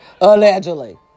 Allegedly